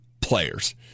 players